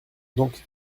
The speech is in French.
donc